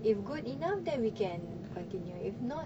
if good enough then we can continue if not